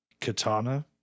Katana